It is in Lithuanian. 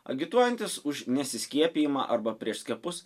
agituojantis už neskiepijimą arba prieš skiepus